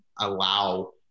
allow